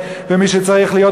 מי שצריך לפנות יפנה,